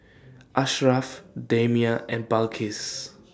Asharaff Damia and Balqis